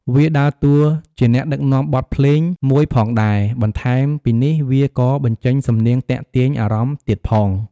វាដើរតួជាអ្នកដឹកនាំបទភ្លេងមួយផងដែរ បន្ថែមពីនេះវាក៏បញ្ចេញសំនៀងទាក់ទាញអារម្មណ៍ទៀតផង។